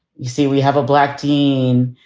you see, we have a black teen.